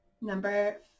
Number